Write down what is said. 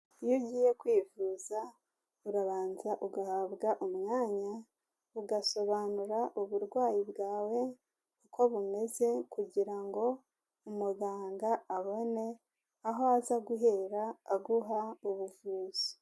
Iyo ugiye kwivuza, urabanza ugahabwa umwanya, ugasobanura uburwayi bwawe uko bumeze, kugira ngo umuganga abone aho aza guhera aguha ubuvuzi.